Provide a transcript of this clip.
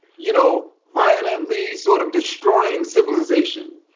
you know, violently sort of destroying civilization.